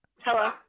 Hello